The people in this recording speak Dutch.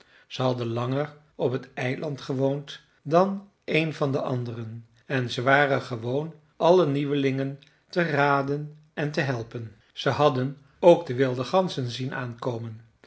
zij hadden langer op het eiland gewoond dan een van de anderen en ze waren gewoon alle nieuwelingen te raden en te helpen ze hadden ook de wilde ganzen zien aankomen